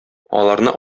аларны